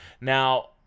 Now